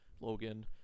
Logan